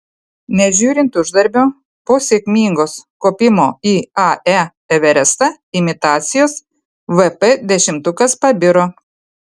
nežiūrint uždarbio po sėkmingos kopimo į ae everestą imitacijos vp dešimtukas pabiro